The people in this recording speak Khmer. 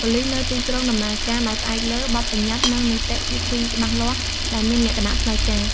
ប៉ូលិសនៅទីក្រុងដំណើរការដោយផ្អែកលើ បទប្បញ្ញត្តិ និងនីតិវិធីច្បាស់លាស់ ដែលមានលក្ខណៈផ្លូវការ។